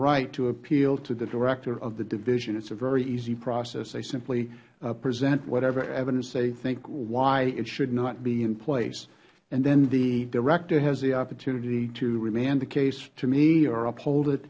right to appeal to the director of the division it is a very easy process they simply present whatever evidence they think why it should not be in place and then the director has the opportunity to remand the case to me or uphold